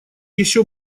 еще